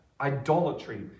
Idolatry